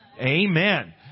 Amen